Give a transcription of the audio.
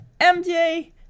MJ